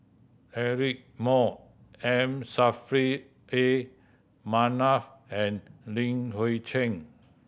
Eric Moo M Saffri A Manaf and Li Hui Cheng